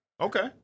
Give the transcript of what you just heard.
Okay